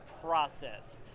process